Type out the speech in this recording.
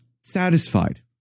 satisfied